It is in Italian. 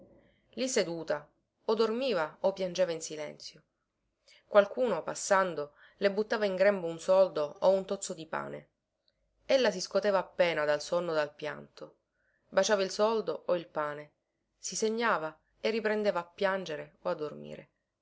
lì seduta o dormiva o piangeva in silenzio qualcuno passando le buttava in grembo un soldo o un tozzo di pane ella si scoteva appena dal sonno o dal pianto baciava il soldo o il pane si segnava e riprendeva a piangere o a dormire